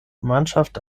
mannschaft